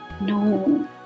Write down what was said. No